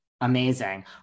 Amazing